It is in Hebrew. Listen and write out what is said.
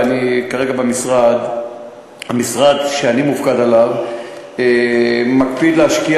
ואני כרגע במשרד המשרד שאני מופקד עליו מקפיד להשקיע